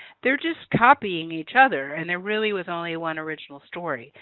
they're just copying each other and there really was only one original story.